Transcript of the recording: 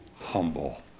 humble